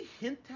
hint